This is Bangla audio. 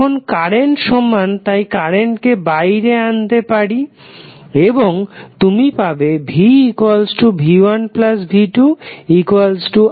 এখন কারেন্ট সমান তাই কারেন্টকে বাইরে আনতে পারি এবং তুমি পাবে vv1v2iR1R2iReq